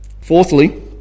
Fourthly